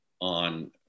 on